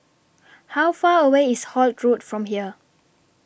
How Far away IS Holt Road from here